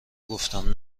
گفتم